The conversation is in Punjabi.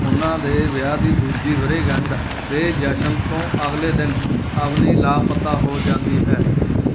ਉਹਨਾਂ ਦੇ ਵਿਆਹ ਦੀ ਦੂਜੀ ਵਰ੍ਹੇਗੰਢ ਦੇ ਜਸ਼ਨ ਤੋਂ ਅਗਲੇ ਦਿਨ ਅਵਨੀ ਲਾਪਤਾ ਹੋ ਜਾਂਦੀ ਹੈ